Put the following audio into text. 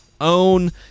own